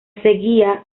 seguía